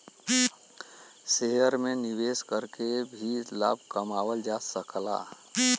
share में निवेश करके भी लाभ कमावल जा सकला